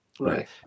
Right